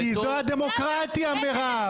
כי זו הדמוקרטיה, מירב.